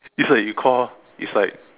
it's like you call her it's like